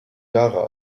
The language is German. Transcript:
jahre